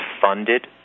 funded